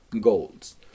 goals